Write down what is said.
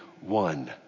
one